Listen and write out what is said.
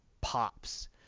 pops